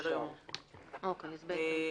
הצבעה בעד, 2 נגד, אין נמנעים,